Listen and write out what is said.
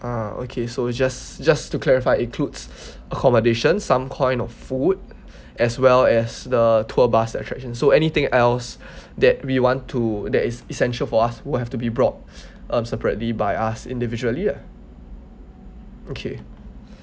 ah okay so just just to clarify it includes accommodation some part of food as well as the tour bus attraction so anything else that we want to that is essential for us would have to be brought um separately by us individually ah okay